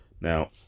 Now